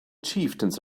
chieftains